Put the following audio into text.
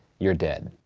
you're dead.